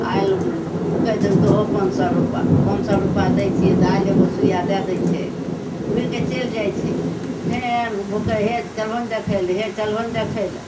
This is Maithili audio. आएल भुकैत रहऽ दहो पाँच सओ रुपा पाँच सओ रुपा दै छिए तऽ आएल एगो सुइआ दै दै छै घुरिके चलि जाइ छै फेर भुक्कै हे चलहो ने देखै ले हे चलहो ने देखै ले